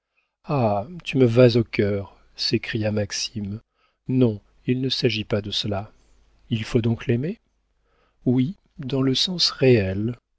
tu me vas au cœur s'écria maxime non il ne s'agit pas de cela il faut donc l'aimer oui dans le sens réel